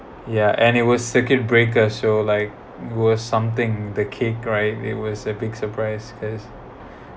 yeah and it was circuit breaker so like it was something the cake right it was a big surprise because